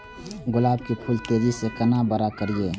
गुलाब के फूल के तेजी से केना बड़ा करिए?